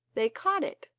they caught it,